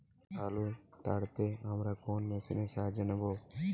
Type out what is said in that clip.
আলু তাড়তে আমরা কোন মেশিনের সাহায্য নেব?